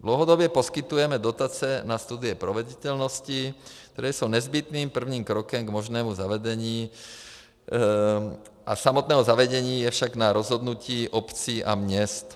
Dlouhodobě poskytujeme dotace na studie proveditelnosti, které jsou nezbytným prvním krokem k možnému zavedení, samotné zavedení je však na rozhodnutí obcí a měst.